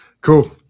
Cool